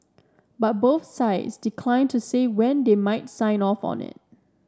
but both sides declined to say when they might sign off on it